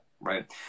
Right